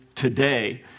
Today